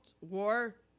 war